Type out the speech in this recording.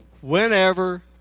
whenever